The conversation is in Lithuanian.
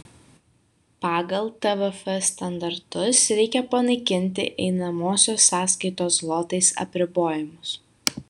pagal tvf standartus reikia panaikinti einamosios sąskaitos zlotais apribojimus